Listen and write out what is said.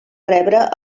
rebre